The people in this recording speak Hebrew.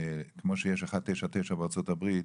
כמו שיש 199 בארצות הברית,